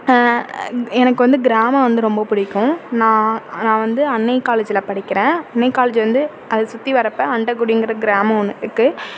எனக்கு வந்து கிராமம் வந்து ரொம்ப பிடிக்கும் நான் நான் வந்து அன்னை காலேஜில் படிக்கிறேன் அன்னை காலேஜ் வந்து அது சுற்றி வர்றப்ப அண்டக்குடிங்கிற கிராமம் ஒன்று இருக்குது